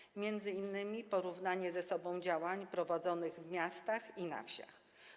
Chodzi m.in. o porównanie ze sobą działań prowadzonych w miastach i na wsiach.